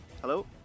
Hello